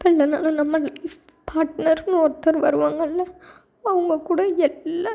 இப்போ இல்லைனாலும் நம்ம ஃலைப் பாட்னர்னு ஒருத்தர் வருவாங்கள்ல அவங்க கூட எல்லாத்தையும்